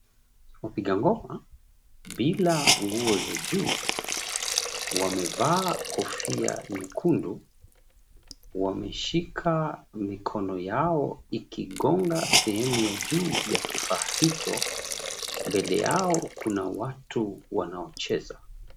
Wapiga ngoma bila nguo za juu wamevaa kofia nyekundu wameshika mikono yao ikigonga sehemu ya juu ya kifaa hicho. Mbele yao kuna watu wanaocheza.